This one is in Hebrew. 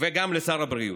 וגם לשר הבריאות.